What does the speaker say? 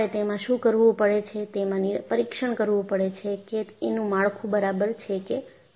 તમારે તેમાં શું કરવું પડે છે તેમાં પરીક્ષણ કરવું પડે છે કે એનું માળખું બરાબર છે કે નહીં